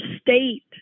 state